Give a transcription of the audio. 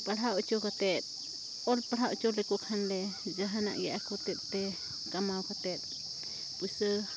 ᱯᱟᱲᱦᱟᱣ ᱚᱪᱚ ᱠᱟᱛᱮ ᱚᱞ ᱯᱟᱲᱦᱟᱣ ᱚᱪᱚ ᱞᱮᱠᱚ ᱠᱷᱟᱱ ᱞᱮ ᱡᱟᱦᱟᱱᱟᱜ ᱜᱮ ᱟᱠᱚᱛᱮᱫ ᱛᱮ ᱠᱟᱹᱢᱟᱣ ᱠᱟᱛᱮ ᱯᱩᱭᱥᱟᱹ